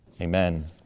Amen